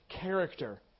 character